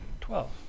Twelve